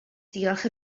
diolch